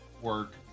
work